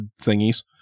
thingies